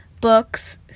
books